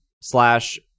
slash